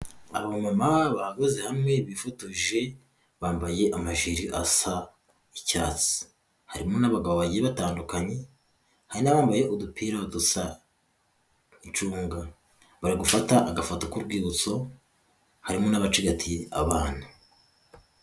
Abamama bahagaze hamwe bifotoje bambaye amajire asa icyatsi, harimo n'abagabo bagiye batandukanye, hari n'abambaye udupira dusa nk'incunga, bari gufata agafoto k'urwibutso, harimo n'abacigatiye abana.